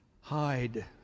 hide